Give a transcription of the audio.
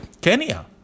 Kenya